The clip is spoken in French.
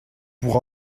pour